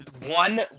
one